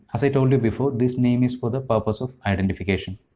as i told you before, this name is for the purpose of identification.